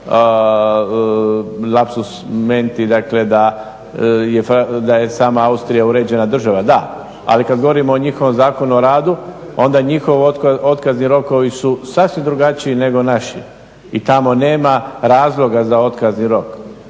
lapsus menti, dakle da je sama Austrija uređena država. Da, ali kad govorimo o njihovom Zakonu o radu onda njihovi otkazni rokovi su sasvim drugačiji nego naši i tamo nema razloga za otkazni rok.